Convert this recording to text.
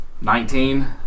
Nineteen